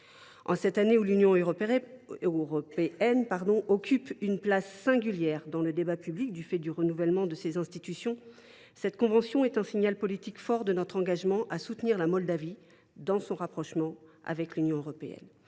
En cette année où l’Union européenne occupe une place singulière dans le débat public, du fait du renouvellement de ses institutions, cette convention est un signal politique fort de notre engagement à soutenir la Moldavie dans son rapprochement avec l’Union européenne.